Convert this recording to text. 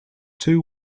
two